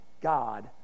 God